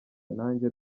nanjye